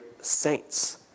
saints